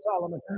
Solomon